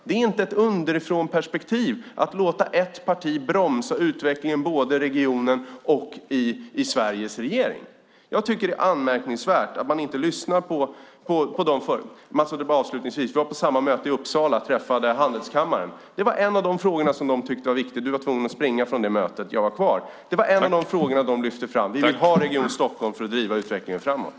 Det är inte ett underifrånperspektiv att låta ett parti bromsa utvecklingen både i regionen och i Sveriges regering. Det är anmärkningsvärt att man inte lyssnade på dem. Mats Odell och jag var på samma möte i Uppsala och träffade representanter för handelskammaren. Det här var en av de frågor som de tyckte var viktiga. Du var tvungen att springa från mötet men jag var kvar. Det var en av frågorna som de lyfte fram. De vill ha Region Stockholm för att driva utvecklingen framåt.